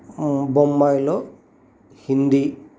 బొంబాయ్లో Hindi